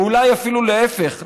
ואולי אפילו להפך,